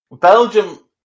Belgium